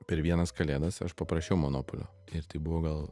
per vienas kalėdas aš paprašiau monopolio ir tai buvo gal